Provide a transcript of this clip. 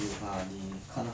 wait hang on